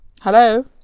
hello